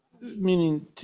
meaning